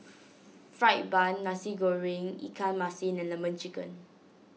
Fried Bun Nasi Goreng Ikan Masin and Lemon Chicken